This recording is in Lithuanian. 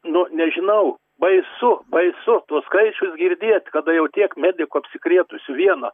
nu nežinau baisu baisu tuos skaičius girdėt kada jau tiek medikų apsikrėtusių viena